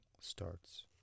starts